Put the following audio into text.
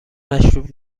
مشروب